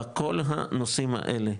בכל הנושאים אלה,